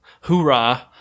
hoorah